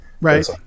Right